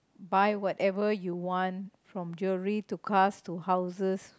buy whatever you want from jewelry to cars to houses